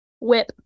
Whip